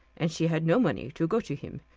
and she had no money to go to him.